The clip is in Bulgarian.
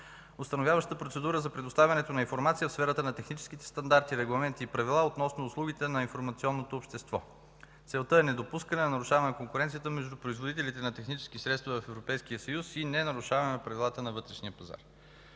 установяваща процедура за предоставянето на информация в сферата на техническите стандарти, регламенти и правила относно услугите на информационното общество. Целта е недопускане нарушаване конкуренцията между производителите на технически средства в Европейския съюз и ненарушаване на правилата на вътрешния пазар.